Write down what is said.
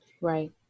Right